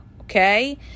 okay